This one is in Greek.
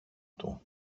του